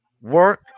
work